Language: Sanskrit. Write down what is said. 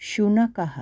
शुनकः